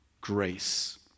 grace